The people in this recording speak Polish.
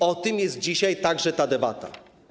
O tym jest dzisiaj także ta debata.